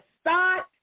start